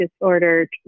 disorder